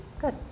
Good